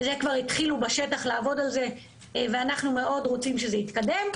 כבר התחילו בשטח לעבוד על זה ואנחנו מאוד רוצים שזה יתקדם.